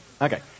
Okay